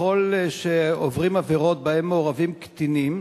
ככל שעוברים עבירות שבהן מעורבים קטינים,